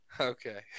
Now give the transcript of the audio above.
Okay